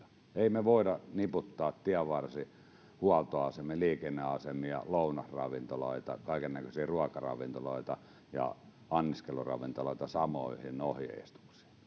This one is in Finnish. emme me voi niputtaa tienvarsihuoltoasemia liikenneasemia lounasravintoloita kaikennäköisiä ruokaravintoloita ja anniskeluravintoloita samoihin ohjeistuksiin